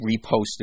reposted